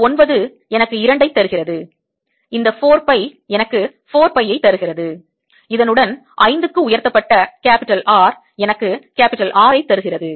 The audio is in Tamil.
இந்த ஒன்பது எனக்கு 2 ஐ தருகிறது இந்த 4 பை எனக்கு 4 பை ஐ தருகிறது இதனுடன் 5 க்கு உயர்த்தப்பட்ட R எனக்கு R ஐ தருகிறது